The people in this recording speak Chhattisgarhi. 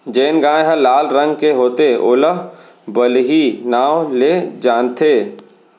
जेन गाय ह लाल रंग के होथे ओला बलही नांव ले जानथें